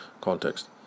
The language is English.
context